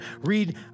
Read